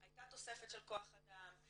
הייתה תוספת של כוח אדם,